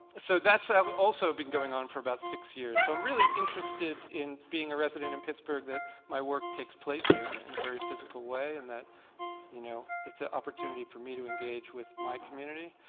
so that's also been going on for about six years. so i'm really interested in being a resident in pittsburg that my work takes place here in a very physical way and that you know it's an opportunity for me to engage with my community.